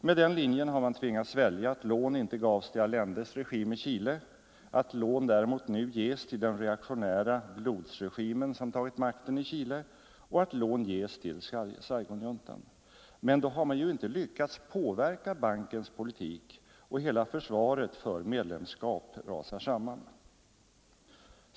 Med den linjen har man tvingats välja att lån inte gavs till Allendes regim i Chile, att lån däremot nu ges till den reaktionära blodsregim som tagit makten i Chile och att lån ges till Saigonjuntan. Men då har man ju inte lyckats påverka bankens politik och hela försvaret för medlemskap rasar samman.